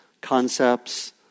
concepts